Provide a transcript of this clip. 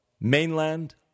mainland